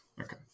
Okay